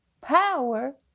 power